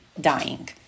dying